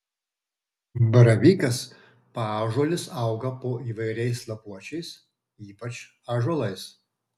baravykas paąžuolis auga po įvairiais lapuočiais ypač ąžuolais